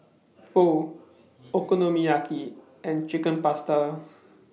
Pho Okonomiyaki and Chicken Pasta